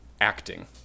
acting